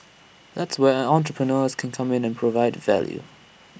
that's where entrepreneurs can come in and provide value